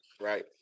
Right